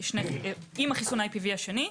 עם החיסון IPV השני.